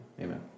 Amen